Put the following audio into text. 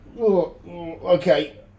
okay